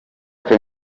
ukora